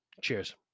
Cheers